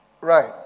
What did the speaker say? Right